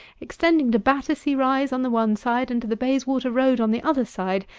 extending to battersea rise on the one side, and to the bayswater road on the other side,